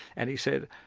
and he said,